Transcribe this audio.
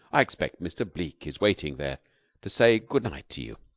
i expect mr. bleke is waiting there to say goodnight to you.